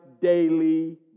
daily